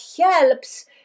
helps